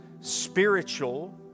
spiritual